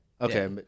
okay